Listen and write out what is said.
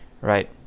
right